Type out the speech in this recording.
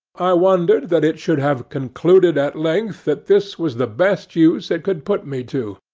i wondered that it should have concluded at length that this was the best use it could put me to,